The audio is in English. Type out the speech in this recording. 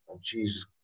Jesus